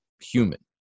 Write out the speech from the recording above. human